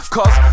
Cause